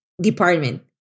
department